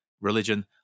religion